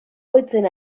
ohitzen